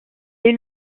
est